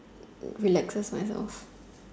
relaxes myself